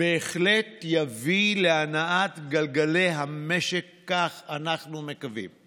בהחלט יביא להנעת גלגלי המשק, כך אנחנו מקווים.